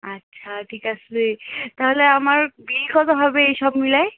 আচ্ছা ঠিক আসে তাহলে আমার বিল কতো হবে এই সব মিলায়ে